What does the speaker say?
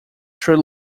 tree